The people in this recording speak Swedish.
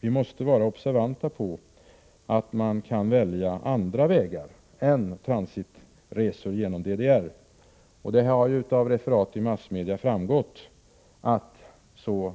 Vi måste vara observanta på att man kan välja andra vägar än transitresor genom DDR. Det har av referat i massmedia framgått att så